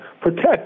protect